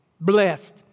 blessed